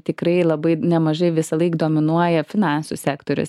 tikrai labai nemažai visąlaik dominuoja finansų sektorius